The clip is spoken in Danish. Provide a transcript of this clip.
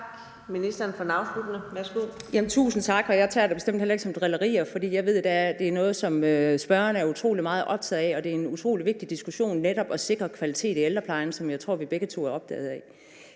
Ældreministeren (Mette Kierkgaard): Tusind tak. Jeg tager det bestemt heller ikke som drillerier, for jeg ved, at det er noget, som spørgeren er utrolig meget optaget af, og det er en utrolig vigtig diskussion om netop at sikre kvalitet i ældreplejen, hvad jeg tror vi begge to er optaget af.